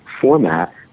format